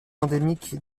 endémique